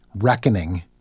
reckoning